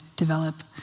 develop